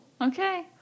Okay